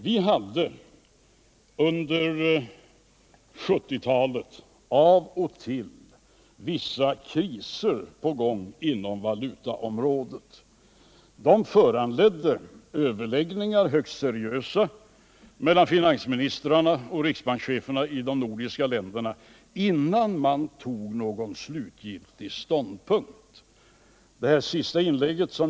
Vi hade under 1970-talet av och till vissa kriser på gång inom valutaområdet. De föranledde högst seriösa överläggningar mellan finansministrarna och riksbankscheferna i de nordiska länderna innan man tog slutgiltig ståndpunkt.